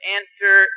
enter